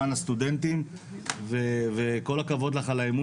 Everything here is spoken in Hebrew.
למען הסטודנטים וכל הכבוד לך על האמון